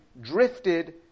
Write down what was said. drifted